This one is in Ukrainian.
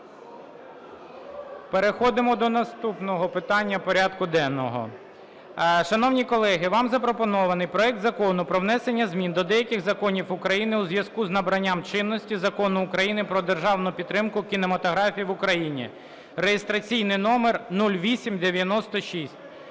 Переходимо до наступного питання порядку денного. Шановні колеги, вам запропонований проект Закону про внесення змін до деяких законів України у зв'язку з набранням чинності Законом України "Про державну підтримку кінематографії в Україні" (реєстраційний номер 0896).